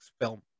film